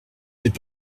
n’est